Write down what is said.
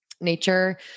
nature